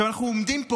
עכשיו אנחנו עומדים פה,